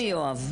חוץ מיואב.